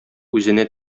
үзенә